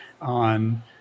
on